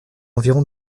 environ